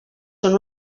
són